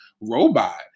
robot